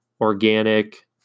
organic